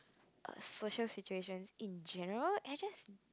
a social situation in general I just